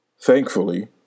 thankfully